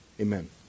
Amen